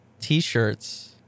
t-shirts